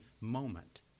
moment